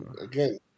Again